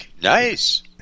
nice